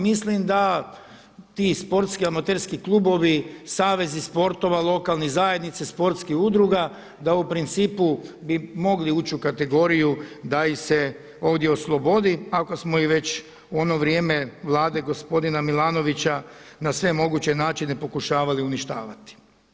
Mislim da ti sportski amaterski klubovi, savezi sportova, lokalnih zajednica, sportskih udruga da u principu bi mogli ući u kategoriju da ih se ovdje oslobodi ako smo ih već u ono vrijeme Vlade gospodina Milanovića na sve moguće načine pokušavali uništavati.